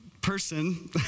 person